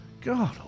God